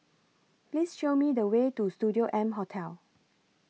Please Show Me The Way to Studio M Hotel